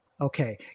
Okay